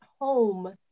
home